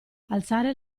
alzare